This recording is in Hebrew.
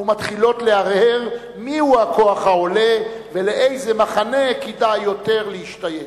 ומתחילות להרהר מיהו הכוח העולה ולאיזה מחנה כדאי יותר להשתייך.